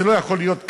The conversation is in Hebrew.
זה לא יכול להיות כך.